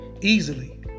easily